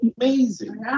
amazing